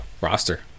roster